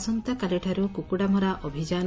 ଆସନ୍ତାକାଲିଠାରୁ କୁକୁଡ଼ାମରା ଅଭିଯାନ